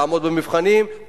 לעמוד במבחנים,